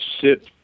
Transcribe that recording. sit